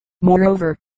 moreover